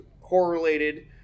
correlated